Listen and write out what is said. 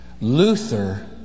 Luther